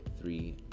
three